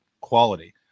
quality